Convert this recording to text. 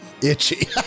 Itchy